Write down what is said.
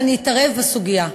אני אתערב בסוגיה,